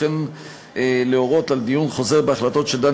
וכן להורות על דיון חוזר בהחלטות של דן